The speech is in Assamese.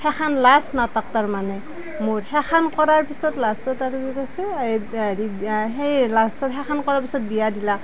সেইখন লাষ্ট নাটক তাৰ মানে মোৰ সেইখন কৰাৰ পিছত লাষ্টত আৰু কি কৈছে হেৰি সেই সেইখন কৰাৰ পিছত বিয়া দিলাক